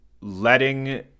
letting